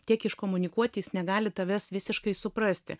tiek iškomunikuoti jis negali tavęs visiškai suprasti